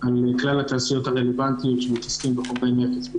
על כלל התעשיות הרלוונטיות שמתעסקות בחומרי נפץ,